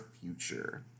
future